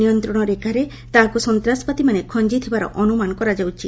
ନିୟନ୍ତ୍ରଣ ରେଖାରେ ତାହାକୁ ସନ୍ତାସବାଦୀମାନେ ଖଞ୍ଜି ଥିବାର ଅନୁମାନ କରାଯାଉଛି